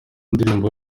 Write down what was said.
ndirimbo